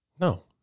No